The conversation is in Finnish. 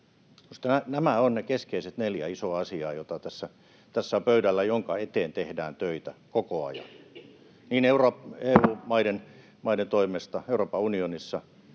nämä ovat ne keskeiset neljä isoa asiaa, joita tässä on pöydällä ja joiden eteen tehdään töitä koko ajan. EU-maiden toimesta Euroopan unionissa